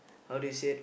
how do you say